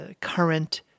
current